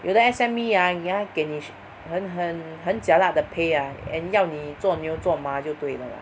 有的 S_M_E ah ya 给你很很很 jialat the pay ah and 要你做牛做马就对了 lah